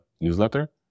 newsletter